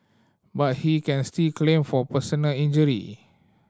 but he can still claim for personal injury